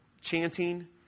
chanting